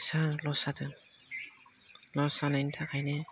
बेसेबां लस जादों लस जानायनि थाखायनो